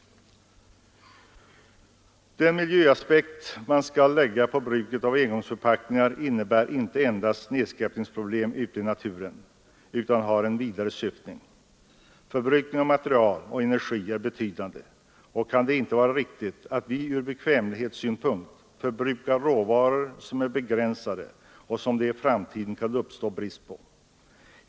Den miljöaspekt man skall lägga på bruket av engångsförpackningar innebär inte endast att man beaktar nedskräpningsproblemet ute i naturen utan har en vidare syftning. Förbrukningen av material och energi är betydande, och det kan inte vara riktigt att vi av bekvämlighetsskäl förbrukar råvaror som är begränsade och som det i framtiden kan uppstå brist på.